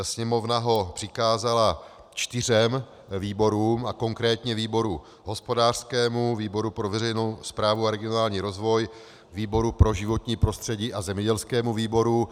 Sněmovna ho přikázala čtyřem výborům, konkrétně výboru hospodářskému, výboru pro veřejnou správu a regionální rozvoj, výboru pro životní prostředí a zemědělskému výboru.